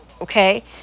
okay